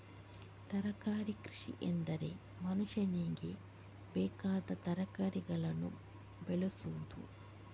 ತರಕಾರಿ ಕೃಷಿಎಂದರೆ ಮನುಷ್ಯನಿಗೆ ಬೇಕಾದ ತರಕಾರಿಗಳನ್ನು ಬೆಳೆಯುವುದು